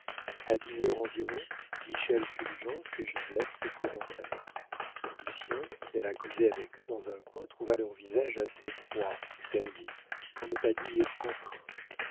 a dix heures environ michel fulgence et joseph se présentèrent lucien qui alla causer avec eux dans un coin trouva leurs visages assez froids et sérieux pour ne pas dire